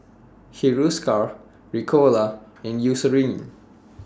Hiruscar Ricola and Eucerin